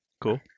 cool